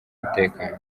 mutekano